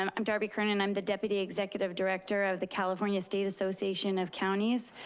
and i'm darby kernan, i'm the deputy executive director of the california state association of counties.